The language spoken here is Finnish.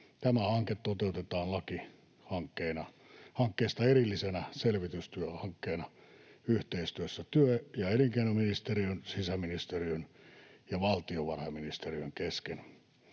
Tämä hanke toteutetaan lakihankkeista erillisenä selvitystyöhankkeena yhteistyössä työ- ja elinkeinoministeriön, sisäministeriön ja valtiovarainministeriön kesken.